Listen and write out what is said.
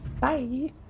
Bye